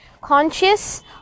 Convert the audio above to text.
conscious